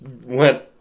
went